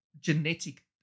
genetic